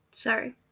Sorry